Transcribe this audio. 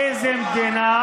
טאהא,